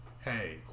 hey